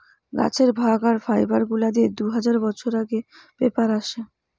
গাছের ভাগ আর ফাইবার গুলা দিয়ে দু হাজার বছর আগে পেপার আসে